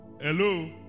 Hello